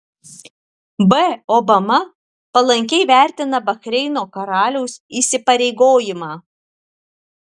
b obama palankiai vertina bahreino karaliaus įsipareigojimą